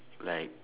like